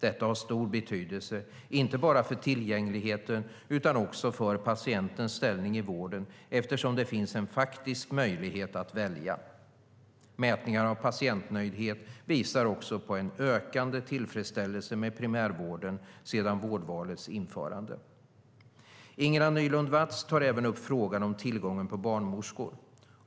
Detta har stor betydelse inte bara för tillgängligheten utan också för patientens ställning i vården, eftersom det finns en faktisk möjlighet att välja. Mätningar av patientnöjdhet visar också på en ökande tillfredsställelse med primärvården sedan vårdvalets införande. Ingela Nylund Watz tar även upp frågan om tillgången på barnmorskor.